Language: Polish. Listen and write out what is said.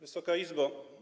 Wysoka Izbo!